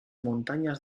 montañas